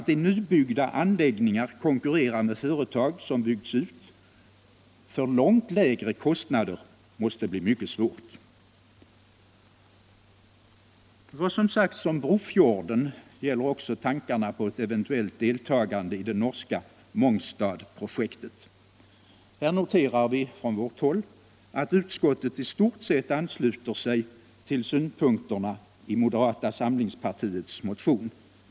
Att i nybyggda anläggningar konkurrera med företag som byggts ut för långt lägre kostnader måste bli mycket svårt. Vad som sagts om Brofjorden gäller också ett eventuellt deltagande i det norska Mongstadsprojektet. Här noterar vi på vårt håll att utskottet i stort sett ansluter sig till synpunkterna i moderata samlingspartiets motion.